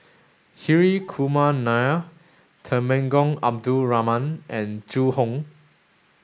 Hri Kumar Nair Temenggong Abdul Rahman and Zhu Hong